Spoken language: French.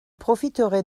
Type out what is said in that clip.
profiterai